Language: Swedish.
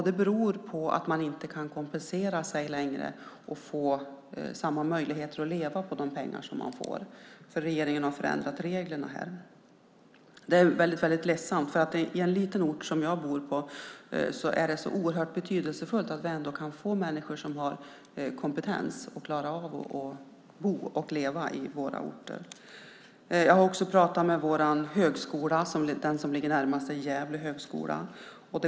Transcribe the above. Det beror på att man inte kan kompensera sig längre och få samma möjligheter att leva på de pengar man får eftersom regeringen har förändrat reglerna. Det är ledsamt. På en så liten ort som jag bor på är det oerhört betydelsefullt att få tag på människor med kompetens som vill bo och leva där. Jag har också pratat med representanter för Högskolan i Gävle.